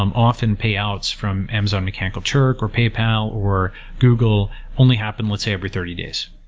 um often payouts from amazon mechanical turk, or paypal, or google only happen, let's say, every thirty days.